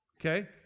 Okay